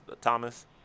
Thomas